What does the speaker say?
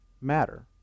matter